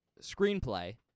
screenplay